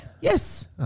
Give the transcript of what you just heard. Yes